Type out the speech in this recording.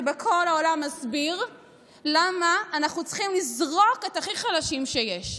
שבכל העולם נסביר למה אנחנו צריכים לזרוק את הכי חלשים שיש.